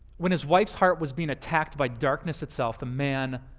when his wife's heart was being attacked by darkness itself, the man